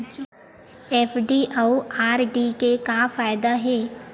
FD अउ RD के का फायदा हे?